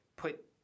put